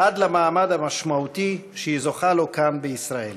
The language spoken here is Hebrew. עד למעמד המשמעותי שהיא זוכה לו כאן בישראל.